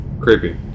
Creepy